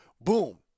Boom